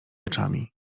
oczami